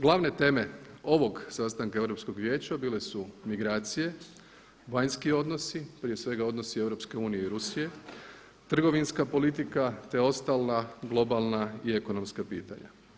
Glavne teme ovog sastanka Europskog vijeća bile su migracije, vanjski odnosi, prije svega odnosi EU i Rusije, trgovinska politika te ostala globalna i ekonomska pitanja.